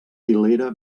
llera